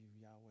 Yahweh